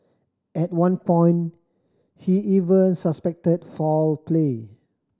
at one point he even suspected foul play